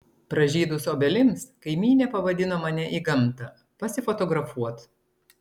pražydus obelims kaimynė pavadino mane į gamtą pasifotografuot